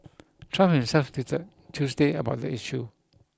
Trump himself tweeted Tuesday about the issue